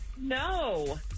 No